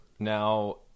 Now